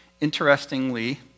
interestingly